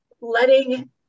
letting